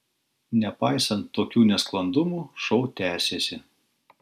nepaisant tokių nesklandumų šou tęsėsi